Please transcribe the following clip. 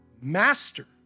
master